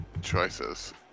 choices